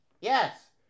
Yes